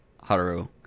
Haru